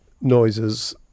noises